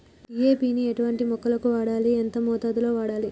DAP ని ఎటువంటి మొక్కలకు వాడాలి? ఎంత మోతాదులో వాడాలి?